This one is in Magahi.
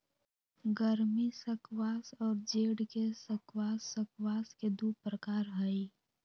गर्मी स्क्वाश और जेड के स्क्वाश स्क्वाश के दु प्रकार हई